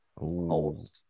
Old